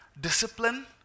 discipline